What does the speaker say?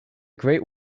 great